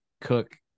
cook